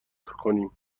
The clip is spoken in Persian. کنیم